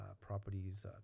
properties